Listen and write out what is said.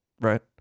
Right